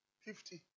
Fifty